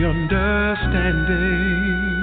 Understanding